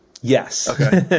Yes